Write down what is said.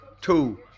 two